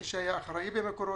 מי שהיה אחראי במקורות,